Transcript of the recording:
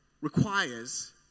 requires